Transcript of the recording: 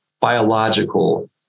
biological